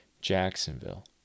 Jacksonville